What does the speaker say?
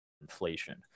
inflation